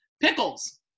Pickles